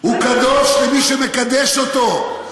הוא קדוש למי שמקדש אותו,